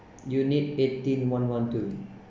unit eighteen one one two